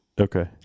okay